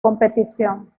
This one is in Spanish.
competición